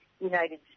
United